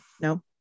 No